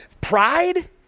pride